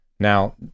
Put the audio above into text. Now